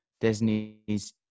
Disney's